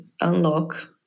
unlock